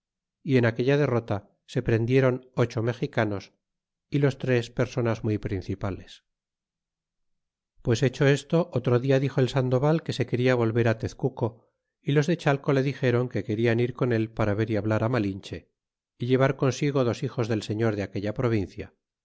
y en aquella derrota se prendieron ocho mexicanos y los tres personas muy principales pues hecho esto otro dia dixo el sandoval que se quena volver á tezcuco y los de chateo le dixeron que querían ir con él fiara ver y hablar á malinche y llevar consigo dos hijos del señor de aquella provincia